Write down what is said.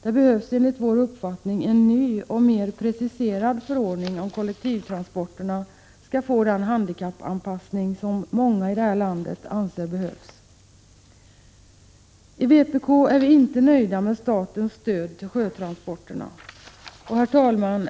Det behövs enligt vår uppfattning en ny och mer preciserad förordning om kollektivtransporterna skall få den handikappanpassning som många i landet anser behövs. I vpk är vi inte nöjda med statens stöd till sjötransporterna.